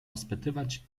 rozpytywać